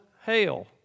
hail